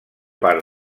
part